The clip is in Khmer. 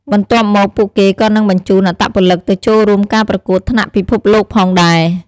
បន្ទាប់មកពួកគេក៏នឹងបញ្ជូនអត្តពលិកទៅចូលរួមការប្រកួតថ្នាក់ពិភពលោកផងដែរ។